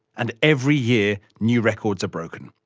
and every year new records are broken.